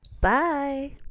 Bye